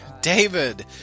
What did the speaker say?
David